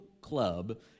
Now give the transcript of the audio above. club